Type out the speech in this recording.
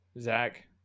Zach